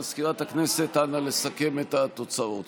מזכירת הכנסת, נא לסכם את התוצאות.